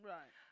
Right